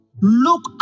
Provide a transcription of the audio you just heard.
look